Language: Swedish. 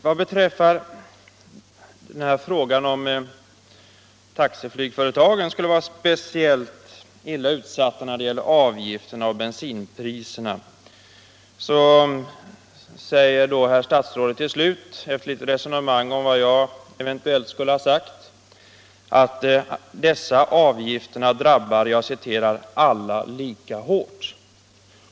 Vad beträffar frågan om taxiflygföretagen skulle vara speciellt illa utsatta när det gäller avgifterna och bensinpriserna, säger herr statsrådet till slut, efter ett litet resonemang om vad jag eventuellt skulle ha sagt, att dessa avgifter drabbar ”alla lika hårt”.